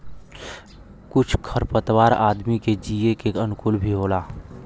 कुछ खर पतवार आदमी के जिये के अनुकूल भी होला